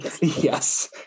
Yes